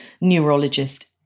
neurologist